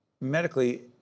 medically